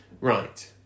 Right